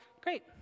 great